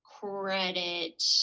credit